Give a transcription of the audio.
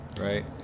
Right